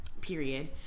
period